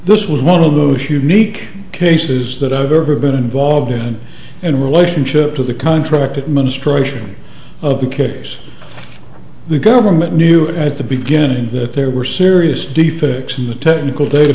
this was one of those unique cases that i've ever been involved in in relationship to the contract administration of the case the government knew at the beginning that there were serious defects in the technical data